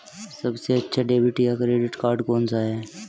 सबसे अच्छा डेबिट या क्रेडिट कार्ड कौन सा है?